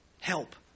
help